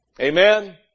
Amen